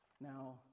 Now